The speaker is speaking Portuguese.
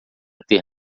ter